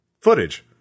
footage